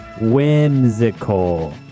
Whimsical